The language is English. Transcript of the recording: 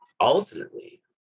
ultimately